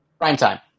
Primetime